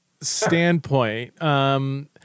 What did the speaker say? standpoint